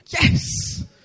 Yes